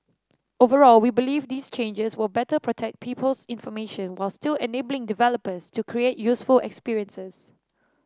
overall we believe these changes will better protect people's information while still enabling developers to create useful experiences